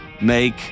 make